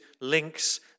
links